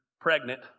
pregnant